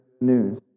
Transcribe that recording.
news